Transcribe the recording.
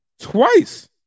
Twice